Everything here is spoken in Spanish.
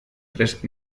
tres